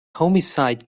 homicide